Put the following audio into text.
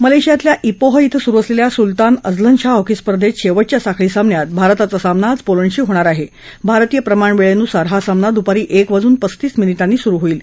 मलशियातल्या Ipoh इथं सुरु असलखिा सुलतान अझलन शाह हॉकी स्पर्धेत शेवटच्या साखळी सामन्यात भारताचा सामना आज पोलंडशी होणार आहे भारतीय प्रमाणवेळेनुसार हा सामना दुपारी एक वाजून पस्तीस मिनीटांनी सुरु होईल